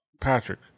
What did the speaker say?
Patrick